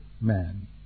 man